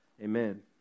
Amen